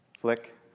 Flick